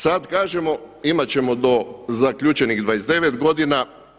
Sad kažemo imat ćemo do zaključenih 29 godina.